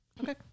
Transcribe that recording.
Okay